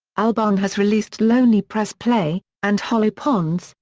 albarn has released lonely press play and hollow ponds,